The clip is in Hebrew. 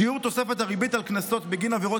שיעור תוספת הריבית על קנסות בגין עבירות